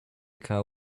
car